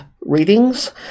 readings